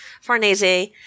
Farnese